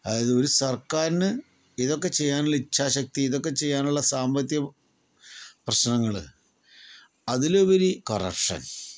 അതായത് ഒരു സർക്കാരിന് ഇതൊക്കെ ചെയ്യാനുള്ള ഇച്ഛാശക്തി ഇതൊക്കെ ചെയ്യാനുള്ള സാമ്പത്തിക പ്രശ്നങ്ങള് അതിലുപരി കറക്ഷൻ